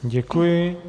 Děkuji.